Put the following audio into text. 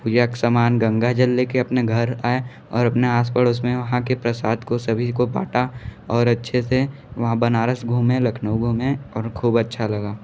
एक समान गंगाजल ले कर अपने घर आए और अपने आस पड़ोस में वहाँ के प्रसाद को सभी को बांटा और अच्छे से वहाँ बनारस घूमें लखनऊ घूमें और ख़ुब अच्छा लगा